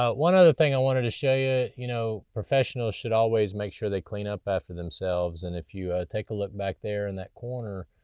ah one other thing i wanted to show you you know professionals should always make sure they clean up after themselves. and if you take a look back there in that corner,